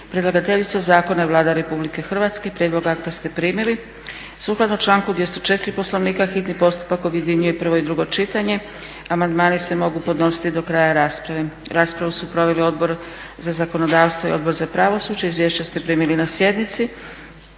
Predlagateljica zakona je Vlada RH. Prijedlog akta ste primili. Sukladno članku 204. Poslovnika hitni postupak objedinjuje prvo i drugo čitanje. Amandmani se mogu podnositi do kraja rasprave. Raspravu su proveli Odbor za zakonodavstvo i odbor za pravosuđe. Izvješća ste primili na sjednici.